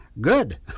Good